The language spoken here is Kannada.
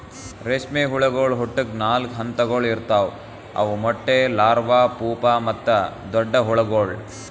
ರೇಷ್ಮೆ ಹುಳಗೊಳ್ ಹುಟ್ಟುಕ್ ನಾಲ್ಕು ಹಂತಗೊಳ್ ಇರ್ತಾವ್ ಅವು ಮೊಟ್ಟೆ, ಲಾರ್ವಾ, ಪೂಪಾ ಮತ್ತ ದೊಡ್ಡ ಹುಳಗೊಳ್